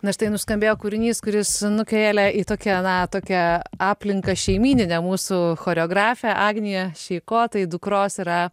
na štai nuskambėjo kūrinys kuris nukėlė į tokia na tokia aplinka šeimyninė mūsų choreografė agnija šeiko tai dukros yra